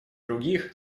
других